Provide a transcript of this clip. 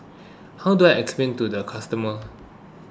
how do I explain to the customer